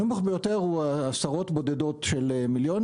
הנמוך ביותר הוא עשרות בודדות של מיליוני